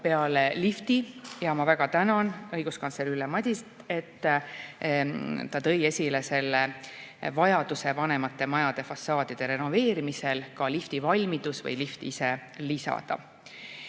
peale lifti. Ja ma väga tänan õiguskantsler Ülle Madiset, et ta tõi esile vajaduse vanemate majade fassaadide renoveerimisel liftivalmidus või lift ise lisada.